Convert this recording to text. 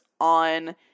On